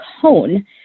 cone